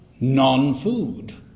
non-food